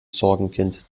sorgenkind